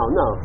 no